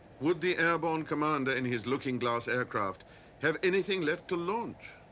would the airborne commander in his looking glass aircraft have anything left to launch?